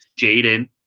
Jaden